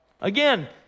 Again